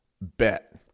bet